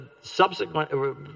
subsequent